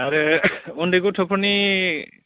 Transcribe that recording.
आरो उन्दै गथ'फोरनि